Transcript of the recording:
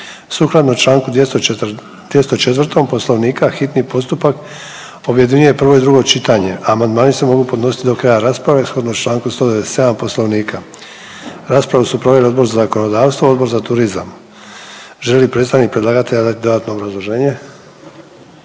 Sukladno Članku 204. Poslovnika hitni postupak objedinjuje prvo i drugo čitanje, a amandmani se mogu podnositi do kraja rasprave shodno Članku 197. Poslovnika. Raspravu su proveli Odbor za zakonodavstvo, Odbor za turizam. Želi li predstavnik predlagatelja dati dodatno obrazloženje?